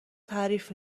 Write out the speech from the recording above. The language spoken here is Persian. تعریف